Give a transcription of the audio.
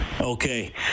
okay